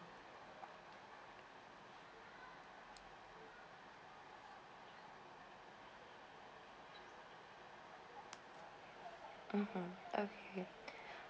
mmhmm okay